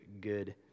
good